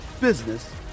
business